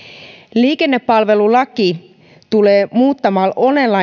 liikennepalvelulaki tulee muuttamaan